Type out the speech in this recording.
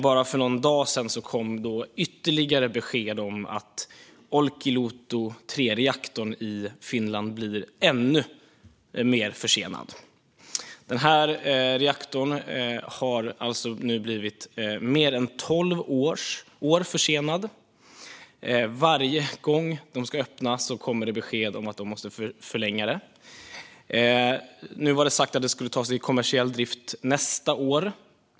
Bara för någon dag sedan kom ytterligare besked om att reaktorn Olkiluoto 3 i Finland blir ännu mer försenad. Denna reaktor har nu blivit mer än tolv år försenad. Varje gång som den ska öppnas kommer det besked om att tiden förlängs. Det var sagt att den skulle tas i kommersiell drift nästa år.